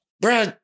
bro